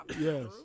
Yes